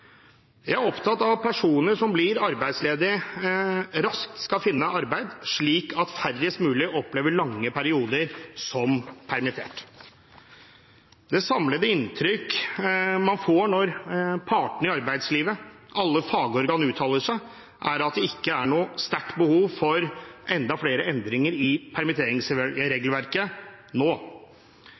Jeg er opptatt av at personer som blir arbeidsledige, raskt skal finne arbeid, slik at færrest mulig opplever lange perioder som permittert. Det samlede inntrykk man får når partene i arbeidslivet, alle fagorgan, uttaler seg, er at det ikke er noe sterkt behov for enda flere endringer i permitteringsregelverket nå.